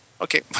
Okay